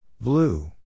Blue